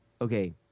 okay